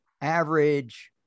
average